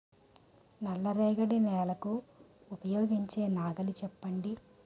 నల్ల రేగడి నెలకు ఉపయోగించే నాగలి చెప్పండి?